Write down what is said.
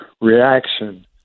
reaction